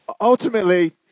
Ultimately